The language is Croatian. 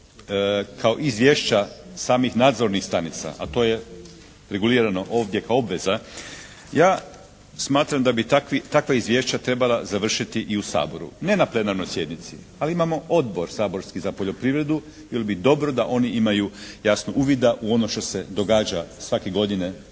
kao izvješća samih nadzornih stanica a to je regulirano ovdje kao obveza ja smatram da bi takva izvješća trebala završiti i u Saboru, ne na plenarnoj sjednici ali imamo odbor saborski za poljoprivredu. Bilo bi dobro da oni imaju jasno uvida u ono što se događa svake godine glede